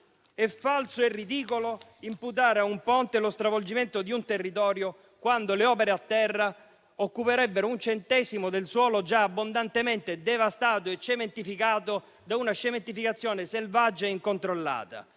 È falso e ridicolo imputare a un ponte lo stravolgimento di un territorio, quando le opere a terra occuperebbero un centesimo del suolo già abbondantemente devastato e cementificato da una cementificazione selvaggia e incontrollata.